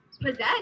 possessed